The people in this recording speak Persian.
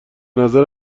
نظرم